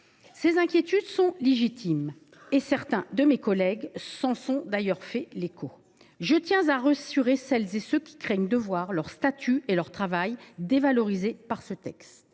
cet égard sont légitimes ; certains de mes collègues s’en sont d’ailleurs fait l’écho. Je tiens à rassurer celles et ceux qui craignent de voir leur statut ou leur travail dévalorisé par ce texte.